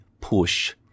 push